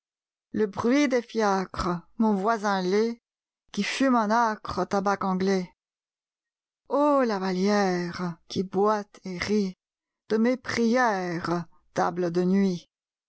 le bruit des fiacres mon voisin laid qui fume un âcre tabac anglais ô la vallière qui boite et rit de mes prières table de nuit